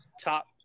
top